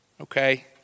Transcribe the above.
okay